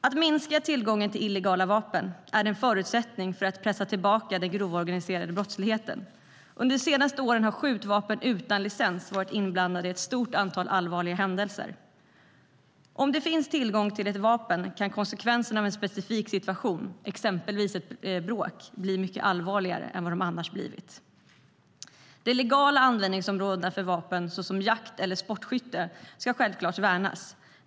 Att minska tillgången till illegala vapen är en förutsättning för att pressa tillbaka den grova organiserade brottsligheten. Under de senaste åren har skjutvapen utan licens varit inblandade i ett stort antal allvarliga händelser. Om det finns tillgång till ett vapen kan konsekvenserna av en specifik situation, exempelvis ett bråk, bli mycket allvarligare än vad de annars skulle ha blivit. De legala användningsområdena för vapen, såsom jakt eller sportskytte, ska självklart värnas.